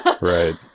Right